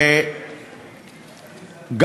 אני יודע שאני צודק.